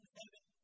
heaven